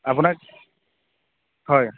আপোনাক হয়